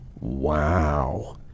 wow